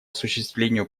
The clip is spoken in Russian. осуществлению